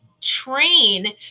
train